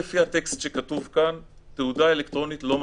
לפי הטקסט שכתוב כאן, תעודה אלקטרונית לא מתאימה.